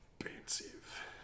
expensive